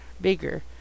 bigger